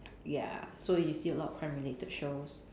ya so you see a lot of crime related shows